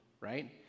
right